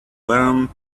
worm